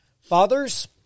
fathers